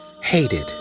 hated